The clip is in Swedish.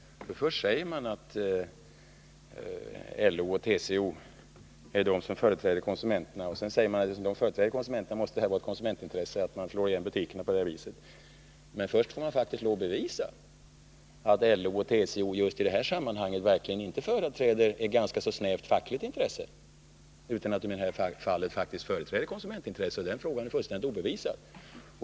Först säger man att LO och TCO är de som företräder konsumenterna. Sedan säger man att för dem som företräder konsumenterna måste det vara ett konsumentintresse att butikerna slås igen på det här viset. Men dessförinnan får man faktiskt lov att bevisa att LO och TCO just i det här sammanhanget verkligen inte företräder ett ganska så snävt fackligt intresse utan att de faktiskt företräder konsumentintresset, något som är fullständigt obevisat.